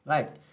Right